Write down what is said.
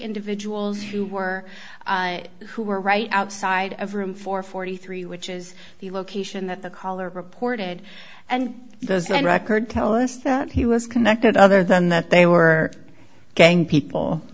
individuals who were who were right outside of room for forty three dollars which is the location that the caller reported and those that record tell us that he was connected other than that they were gang people